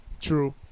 True